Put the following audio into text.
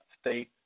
state